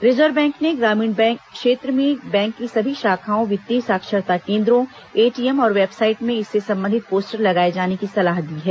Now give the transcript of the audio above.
reserve bank ने ग्रामीण क्षेत्र में बैंक की सभी शाखाओं वित्तीय साक्षरता केन्द्रों एटीएम और वेबसाइट में इससे संबंधित पोस्टर लगाए जाने की सलाह दी है